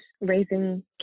raising